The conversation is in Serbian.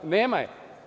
Nema je.